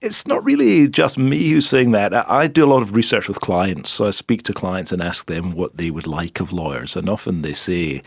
it's not really just me who is saying that. i do a lot of research with clients, i speak to clients and ask them what they would like of lawyers, and often they say